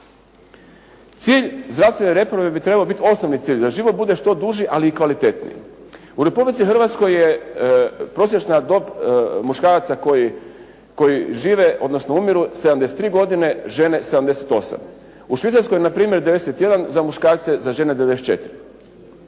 Cilj zdravstvene reforme bi trebao biti osnovni cilj, da život bude što duži ali i kvalitetniji. U Republici Hrvatskoj je prosječna dob muškaraca koji žive odnosno umiru 73 godine, žene 78, u Švicarskoj na primjer 91 za muškarce, za žene 94.